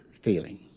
feeling